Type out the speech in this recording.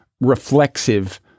reflexive